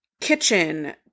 kitchen